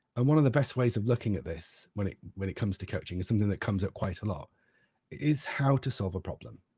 and one of the best ways of looking at this when it when it comes to coaching is something that comes up quite a lot. it is how to solve a problem.